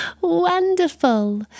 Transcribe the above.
Wonderful